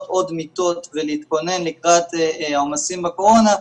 עוד מיטות ולהתכונן לקראת העומסים בקורונה,